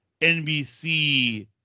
NBC